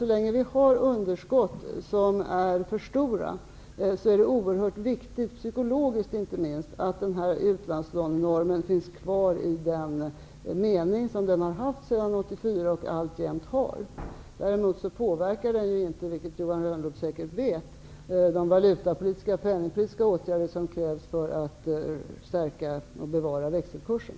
Så länge det finns underskott som är för stora är det psykologiskt oerhört viktigt att utlandslånenormen finns kvar i den mening den har haft sedan 1984 och alltjämt har. Däremot påverkar den inte -- vilket Johan Lönnroth säkert vet -- de valuta och penningpolitiska åtgärder som krävs för att stärka och bevara växelkursen.